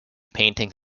paintings